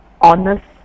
honest